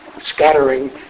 scattering